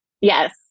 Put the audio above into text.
Yes